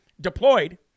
deployed